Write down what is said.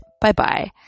bye-bye